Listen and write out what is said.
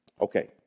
Okay